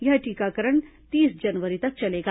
यह टीकाकरण तीस जनवरी तक चलेगा